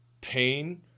pain